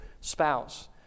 spouse